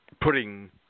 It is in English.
putting